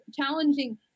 challenging